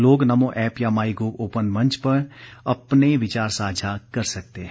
लोग नमो ऐप या MyGov open मंच में अपने विचार साझा कर सकते हैं